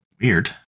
Weird